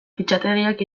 fitxategiak